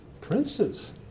princes